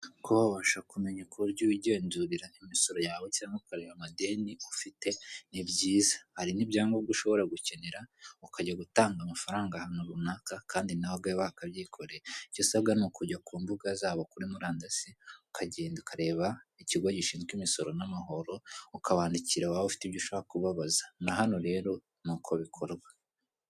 Kuba wabasha kumenya uburyo wigenzurira imisoro yawe cyangwa ukareba amadeni ufite ni byiza hari n'ibyangombwa ushobora gukenera ukajya gutanga amafaranga ahantu runaka kandi nawe wakabyikoreye icyo usabwa ni ukujya ku mbuga zabo kuri murandasi ukagenda ukareba ikigo gishinzwe imisoro n'amahoro ukabandikira waba ufite ibyo ushaka kubabaza na hano rero ni uko bikorwa .